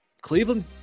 Cleveland